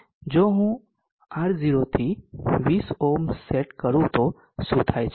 જો હું R0 થી 20 ઓહ્મ સેટ કરું તો શું થાય છે